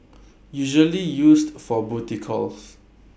usually used for booty calls